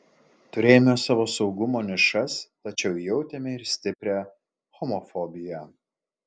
turėjome savo saugumo nišas tačiau jautėme ir stiprią homofobiją